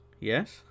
Yes